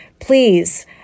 please